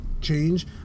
change